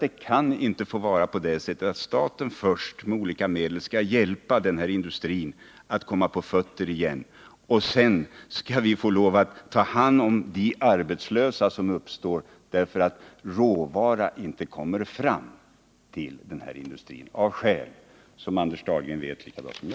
Det kan inte få vara på det sättet att staten först med olika medel skall hjälpa industrin att komma på fötter igen, och sedan skall vi få ta hand om dem som blir arbetslösa därför att råvara inte kommer fram tiil industrin, av skäl som Anders Dahlgren känner till lika bra som jag.